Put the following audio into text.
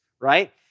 right